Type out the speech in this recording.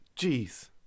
Jeez